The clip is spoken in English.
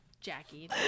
Jackie